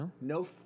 No